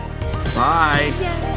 Bye